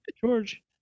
George